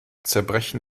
zerbrechen